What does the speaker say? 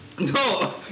no